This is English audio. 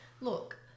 Look